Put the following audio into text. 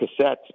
cassettes